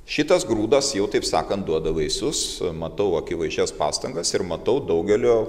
šitas grūdas jau taip sakant duoda vaisius matau akivaizdžias pastangas ir matau daugelio